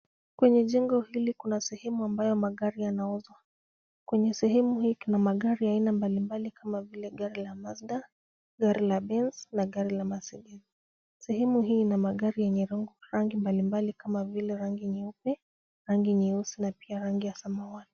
Kwenye jengo hili kuna sehemu ambayo magari yanauzwa, kwenye sehemu hii kuna magari ya aina mbalimbali kama vile gari ya Mazda, gari la Benz na gari la Mercedes, sehemu hii ina magari yenye rangi mbalimbali kama vile rangi nyeupe, rangi nyeusi na pia rangi ya samawati.